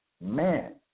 man